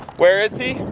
where is he?